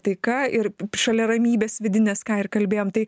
taika ir šalia ramybės vidinės ką ir kalbėjom tai